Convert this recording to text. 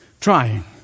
trying